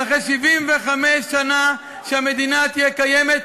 אבל אחרי 75 שנה שהמדינה תהיה קיימת,